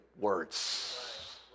words